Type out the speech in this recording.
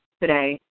today